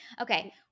Okay